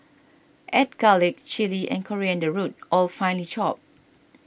add garlic chilli and coriander root all fined chopped